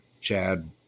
Chad